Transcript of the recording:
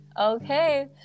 Okay